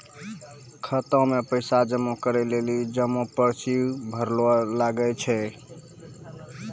खाता मे पैसा जमा करै लेली जमा पर्ची भरैल लागै छै